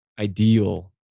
ideal